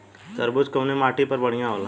तरबूज कउन माटी पर बढ़ीया होला?